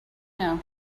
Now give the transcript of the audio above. know